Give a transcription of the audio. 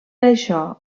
això